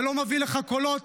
זה לא מביא לך קולות,